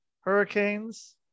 hurricanes